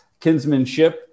kinsmanship